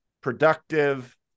productive